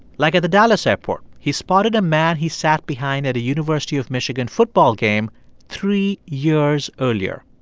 like at the dallas airport, he spotted a man he sat behind at a university of michigan football game three years earlier.